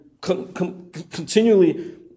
continually